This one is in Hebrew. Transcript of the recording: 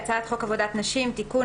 "הצעת חוק עבודת נשים (תיקון,